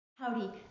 Howdy